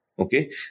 okay